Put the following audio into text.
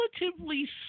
relatively